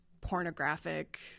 pornographic